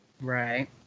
right